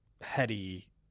heady